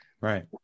right